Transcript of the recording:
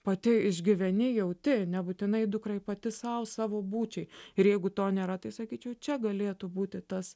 pati išgyveni jauti nebūtinai dukrai pati sau savo būčiai ir jeigu to nėra tai sakyčiau čia galėtų būti tas